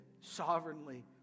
sovereignly